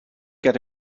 get